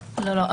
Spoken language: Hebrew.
לא.